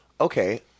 okay